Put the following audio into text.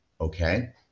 Okay